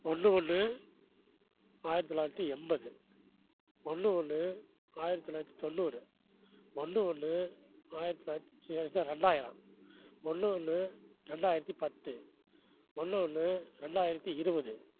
ஒன்று ஒன்று ஆயிரத்தி தொள்ளாயிரத்தி எண்பது ஒன்று ஒன்று ஆயிரத்தி தொள்ளாயிரத்தி தொண்ணூறு ஒன்று ஒன்று ஆயிரத்தி தொள்ளாயிரத்தி இந்த ரெண்டாயிரம் ஒன்று ஒன்று ரெண்டாயிரத்தி பத்து ஒன்று ஒன்று ரெண்டாயிரத்தி இருபது